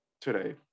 today